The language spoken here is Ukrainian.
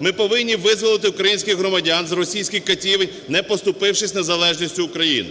Ми повинні визволити українських громадян з російських катівень, не поступившись незалежністю України.